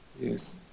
Yes